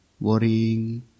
worrying